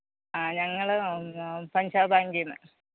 ആ ഞങ്ങൾ പഞ്ചാബ് ബാങ്കീന്ന്